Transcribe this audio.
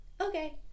okay